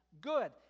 good